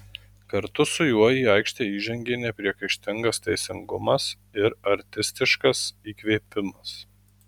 kartu su juo į aikštę įžengė nepriekaištingas teisingumas ir artistiškas įkvėpimas